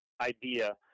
idea